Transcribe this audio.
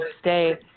stay